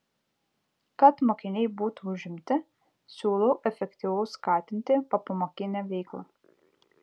kad mokiniai būtų užimti siūlau efektyviau skatinti popamokinę veiklą